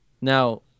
Now